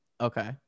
Okay